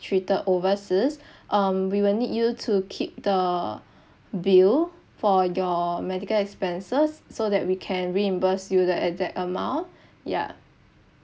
treated overseas um we will need you to keep the bill for your medical expenses so that we can reimburse you the exact amount yeah